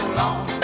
long